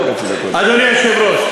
מרגי, יש רעש.